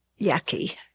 yucky